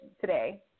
today